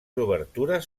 obertures